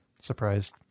surprised